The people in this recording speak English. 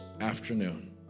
afternoon